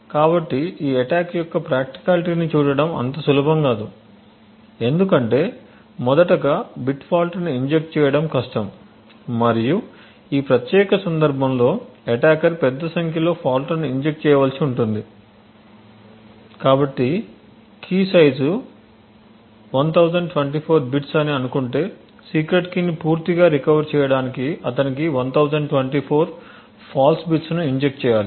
కాబట్టి ఈ అటాక్ యొక్క ప్రాక్టికాలిటీని చూడటం అంత సులభం కాదు ఎందుకంటే మొదటగా బిట్ ఫాల్ట్ ని ఇంజెక్ట్ చేయడం కష్టం మరియు ఈ ప్రత్యేక సందర్భంలో అటాకర్ పెద్ద సంఖ్యలో ఫాల్ట్ లను ఇంజెక్ట్ చేయవలసి ఉంటుంది కాబట్టి కీ సైజు 1024 బిట్స్ అని అనుకుంటే సీక్రెట్ కీ ని పూర్తిగా రికవర్ చేయడానికి అతను 1024 ఫాల్ట్ బిట్స్ ను ఇంజెక్ట్ చేయాలి